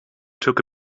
took